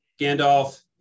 Gandalf